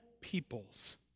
peoples